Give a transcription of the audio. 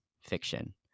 fiction